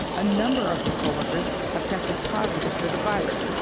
a number of her co-workers have tested positive for the virus.